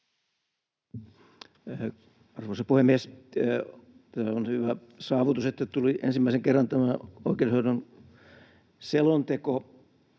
Arvoisa puhemies! On hyvä saavutus, että tuli ensimmäisen kerran tämä oikeudenhoidon selonteko,